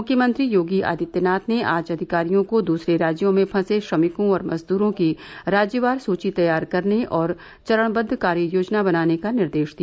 मुख्यमंत्री योगी आदित्यनाथ ने आज अधिकारियों को दूसरे राज्यों में फसे श्रमिकों और मजदूरों की राज्यवार सूची तैयार करने और चरणबद्व कार्ययोजना बनाने का निर्देश दिया